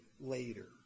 later